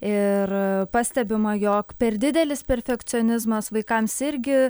ir pastebima jog per didelis perfekcionizmas vaikams irgi